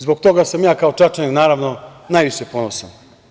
Zbog toga sam ja kao Čačanin naravno najviše ponosan.